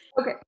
Okay